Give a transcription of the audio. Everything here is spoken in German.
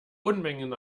unmengen